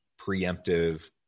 preemptive